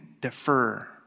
defer